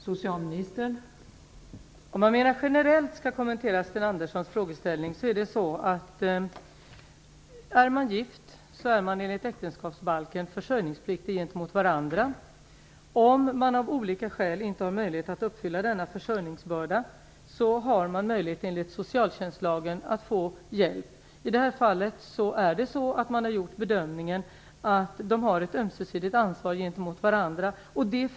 Fru talman! För att mera generellt kommentera Sten Anderssons frågeställning är det så att gifta, enligt äktenskapsbalken, är försörjningspliktiga gentemot varandra. Om man av olika skäl inte har möjlighet att uppfylla denna försörjningsbörda, har man enligt socialtjänstlagen möjlighet att få hjälp. I det här fallet har man gjort bedömningen att makarna har ett ömsesidigt ansvar gentemot varandra.